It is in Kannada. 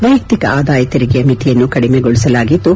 ವೈಯಕ್ತಿಕ ಆದಾಯ ತೆರಿಗೆಯ ಮಿತಿಯನ್ನು ಕಡಿಮೆಗೊಳಿಸಲಾಗಿದ್ದು